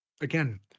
again